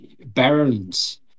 Barons